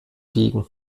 wiegen